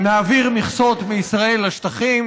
נעביר מכסות מישראל לשטחים,